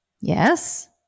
yes